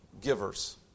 givers